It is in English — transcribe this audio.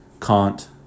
Kant